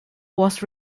was